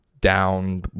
down